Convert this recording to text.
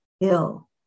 ill